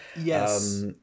Yes